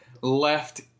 left